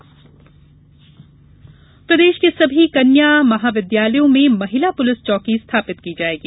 police चौकी प्रदेश के सभी कन्या महाविद्यालयों में महिला पुलिस चौकी स्थापित की जायेगी